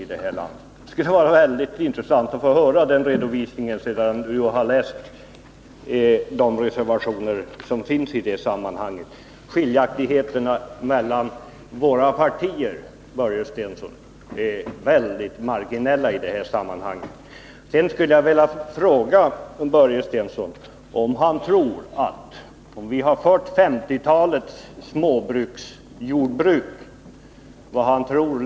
Sedan Börje Stensson läst reservationerna i det sammanhanget skulle det vara mycket intressant att höra en redovisning. Skiljaktigheterna mellan våra partier, Börje Stensson, är mycket marginella i det här sammanhanget. Sedan skulle jag vilja fråga Börje Stensson vilka livsmedelskostnader han tror vi skulle ha i dag, om vi hade haft 1950-talets småjordbruk.